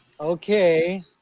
okay